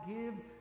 gives